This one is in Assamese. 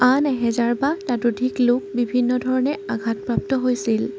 আন এহেজাৰ বা ততোধিক লোক বিভিন্ন ধৰণে আঘাতপ্ৰাপ্ত হৈছিল